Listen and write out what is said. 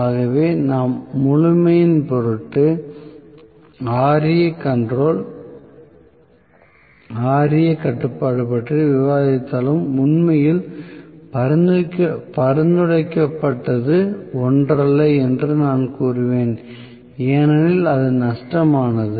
ஆகவே நாம் முழுமையின் பொருட்டு Ra கண்ட்ரோல் Ra கட்டுப்பாடு பற்றி விவாதித்தாலும் உண்மையில் பரிந்துரைக்கப்பட்டது ஒன்றல்ல என்று நான் கூறுவேன் ஏனெனில் அது நஷ்டமானது